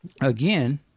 again